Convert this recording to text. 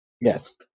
yes